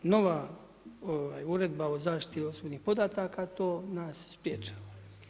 Nova uredba o zaštiti osobnih podataka to nas sprječava.